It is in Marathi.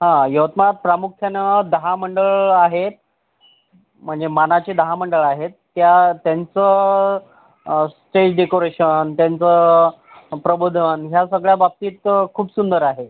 हा यवतमाळात प्रामुख्याने दहा मंडळं आहेत म्हणजे मानाची दहा मंडळं आहेत त्या त्यांचं स्टेज डेकोरेशन त्यांचं प्रबोधन या सगळ्या बाबतीत खूप सुंदर आहे